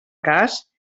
cas